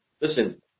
listen